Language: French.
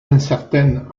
incertaine